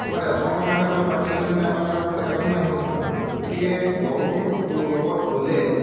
ক'ৰবাত এজনৰ কাৰণে পালে বাকীকেইজনে নেপালে আকৌ এজনো আহিব নোৱাৰে গতিকে দল লগত গ'লে